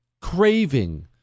craving